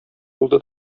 булды